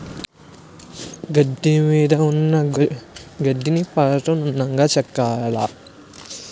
గట్టుమీదున్న గడ్డిని పారతో నున్నగా చెక్కియ్యాల